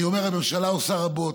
אני אומר: הממשלה עושה רבות,